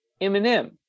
Eminem